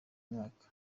mwaka